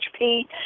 HP